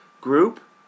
group